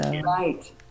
right